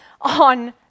on